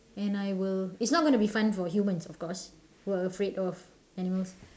and I will it's not going to be fun for humans of course who are afraid of animals